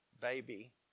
baby